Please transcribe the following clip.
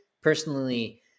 personally